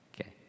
Okay